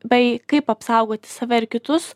bei kaip apsaugoti save ir kitus